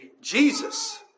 Jesus